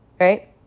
right